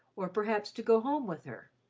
or perhaps to go home with her.